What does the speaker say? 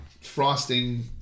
frosting